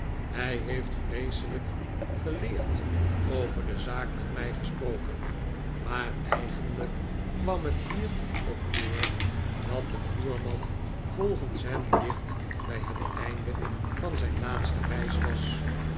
hij heeft vreeselijk geleerd over de zaak met mij gesproken maar eigenlijk kwam het hierop neer dat de voerman volgens hem dicht bij het einde van zijn laatste reis was